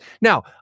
Now